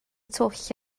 twll